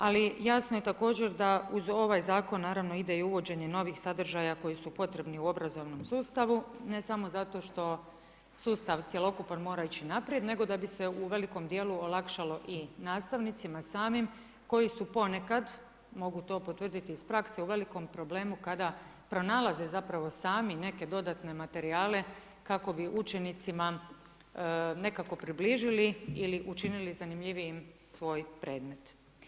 Ali jasno je također da uz ovaj zakon naravno, ide i uvođenje novih sadržaja koji su potrebni u obrazovnom sustavu ne samo zato što sustav cjelokupan mora ići naprijed nego da bi se u velikom djelu olakšalo i nastavnicima samim koji su ponekad, mogu to potvrditi iz prakse, u velikom problemu kada pronalaze zapravo sami neke dodatne materijale kako bi učenicima nekako približili ili učinili zanimljivijim svoj predmet.